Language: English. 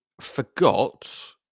forgot